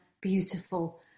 beautiful